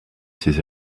ses